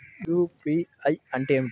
UPI అంటే ఏమిటి?